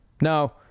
No